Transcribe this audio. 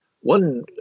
one